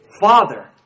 Father